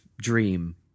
dream